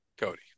Cody